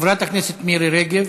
חברת הכנסת מירי רגב.